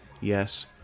Yes